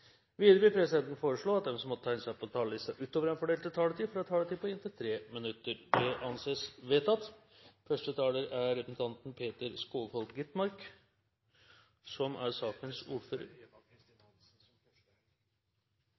Videre vil presidenten foreslå at de som måtte tegne seg på talerlisten utover den fordelte taletid, får en taletid på inntil 3 minutter. – Det anses vedtatt. Første taler er representanten Peter Skovholt Gitmark, som er sakens ordfører.